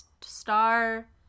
star